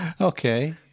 Okay